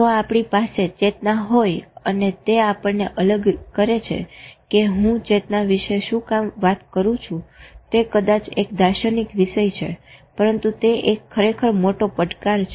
જો આપણી પાસે ચેતના હોય અને તે આપણને અલગ કરે છે કે હું ચેતના વિશે શું કામ વાત કરું છું તે કદાચ એક દાર્શનિક વિષય છે પરંતુ તે એક ખરેખર મોટો પડકાર છે